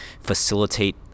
facilitate